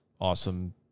awesome